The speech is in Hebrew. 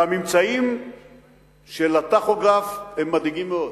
והממצאים של הטכוגרף הם מדאיגים מאוד.